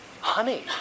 honey